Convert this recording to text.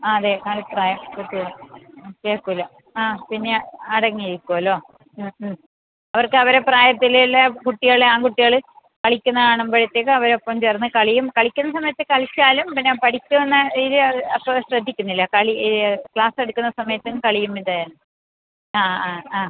ആ അതെ കളി പ്രായം കുട്ടികൾ കേൾക്കില്ല ആ പിന്നെ അടങ്ങി ഇരിക്കാമല്ലൊ ഉം ഉം അവർക്ക് അവരെ പ്രായത്തിൽ ഉള്ള കുട്ടികൾ ആൺ കുട്ടികൾ കളിക്കുന്ന കാണുമ്പോഴത്തേക്ക് അവരെ ഒപ്പം ചേർന്ന് കളിയും കളിക്കുന്ന സമയത്ത് കളിച്ചാലും പിന്നെ പഠിക്കുന്ന ഇതിൽ അത്ര ശ്രദ്ധിക്കുന്നില്ല കളി ക്ലാസ് എടുക്കുന്ന സമയത്തും കളിയും ഇത് ആ ആ ആ